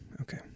okay